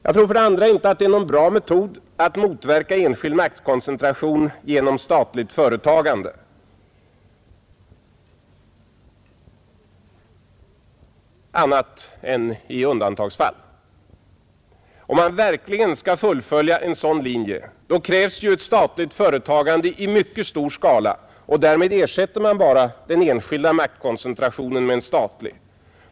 Jag tror för det andra inte att det är någon bra metod att motverka enskild maktkoncentration genom statligt företagande annat än i undantagsfall. Om man verkligen skall fullfölja en sådan linje krävs ett statligt företagande i mycket stor skala och därmed ersätter man bara den enskilda maktkoncentrationen med en statlig.